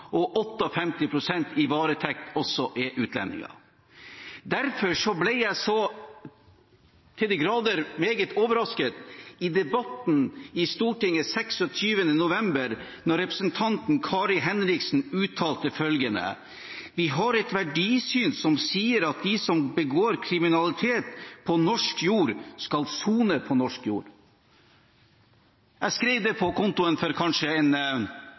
og 58 pst. i varetekt også er utlendinger. Derfor ble jeg så til de grader overrasket i debatten i Stortinget 26. november, da representanten Kari Henriksen uttalte at de har et «verdisyn som sier at de som begår kriminalitet på norsk jord, skal sone på norsk jord.» Jeg skrev det på kontoen for kanskje en